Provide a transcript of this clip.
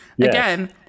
again